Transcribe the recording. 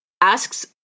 asks